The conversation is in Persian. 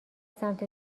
سمت